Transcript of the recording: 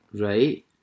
Right